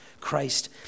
Christ